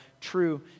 true